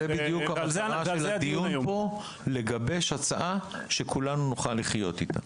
וזאת בדיוק המטרה של הדיון פה לגבש הצעה שכולנו נוכל לחיות איתה.